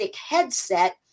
headset